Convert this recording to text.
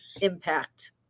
impact